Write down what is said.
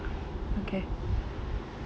okay